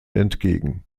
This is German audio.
entgegen